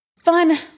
Fun